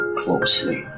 closely